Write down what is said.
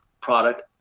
product